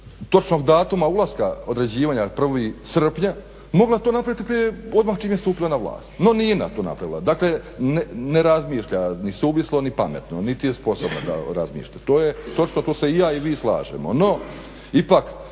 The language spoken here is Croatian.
točnog datuma ulaska određivanja 1.srpnja, mogla to napraviti odmah čim je stupila na vlast, no nije napravila. Dakle ne razmišlja niti suvislo ni pametno niti je sposobna da razmišlja. To je točno, tu se i vi i ja slažemo. No, ipak